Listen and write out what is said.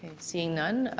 seeing none,